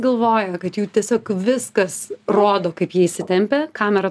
galvoja kad jau tiesiog viskas rodo kaip jie įsitempę kamera